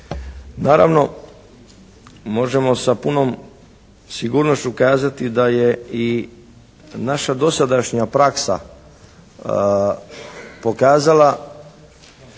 Naravno možemo sa punom sigurnošću kazati da je i naša dosadašnja praksa pokazala